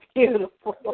Beautiful